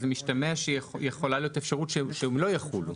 משתמע שיכולה להיות אפשרות שהם לא יחולו.